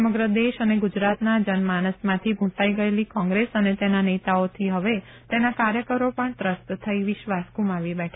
સમગ્ર દેશ અને ગુજરાતના જનમાનસમાંથી ભ્રંસાઈ ગયેલી કોંગ્રેસ અને તેના નેતાઓથી હવે તેના કાર્યકરો પણ ત્રસ્ત થઈ વિશ્વાસ ગુમાવી બેઠા છે